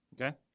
Okay